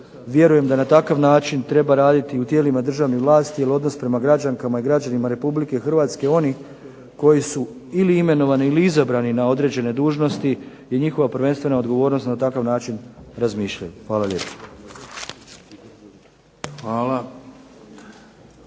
vjerujem da na takav način treba raditi i u tijelima državne vlasti jer odnos prema građankama i građanima RH, onih koji su ili imenovani ili izabrani na određene dužnosti je njihova prvenstvena odgovornost na takav način razmišljati. Hvala lijepo.